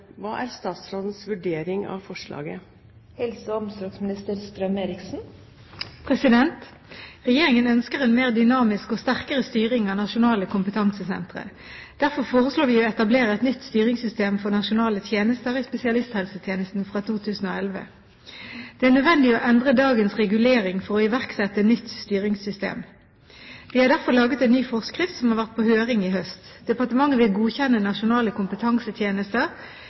Hva er statsrådens vurdering av forslaget?» Regjeringen ønsker en mer dynamisk og sterkere styring av nasjonale kompetansesentre. Derfor foreslår vi å etablere et nytt styringssystem for nasjonale tjenester i spesialisthelsetjenesten fra 2011. Det er nødvendig å endre dagens regulering for å iverksette nytt styringssystem. Vi har derfor laget en ny forskrift som har vært på høring i høst. Departementet vil godkjenne nasjonale kompetansetjenester